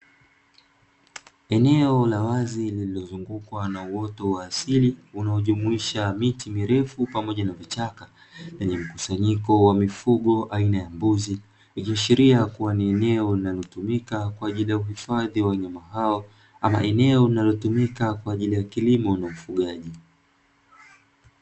Eneo la wazi lililozungukwa na uoto wa asili unaojumuisha miti mirefu pamoja na vichaka lenye mkusanyiko wa mifugo aina ya mbuzi. Ikiashiria ya kuwa ni eneo linalotumika kwa ajili ya uhifadhi wenye hao ama eneo unalotumika kwa ajili ya kilimo unaofugaji.